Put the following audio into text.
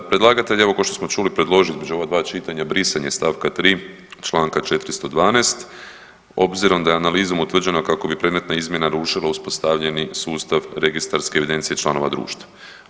Predlagatelj je evo ko što smo čuli predložio između ova dva čitanja brisanje stavka 3. Članka 412. obzirom da je analizom utvrđeno kako bi predmeta izmjena rušila uspostavljeni sustav registarske evidencije članova društva.